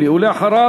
ולכן,